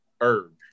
herb